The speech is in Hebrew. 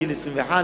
גיל 21,